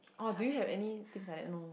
oh do you have any things like that no